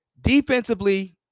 Defensively